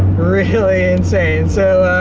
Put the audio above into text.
really insane. so,